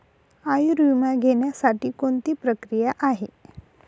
आयुर्विमा घेण्यासाठी कोणती प्रक्रिया आहे?